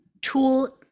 tool